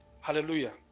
Hallelujah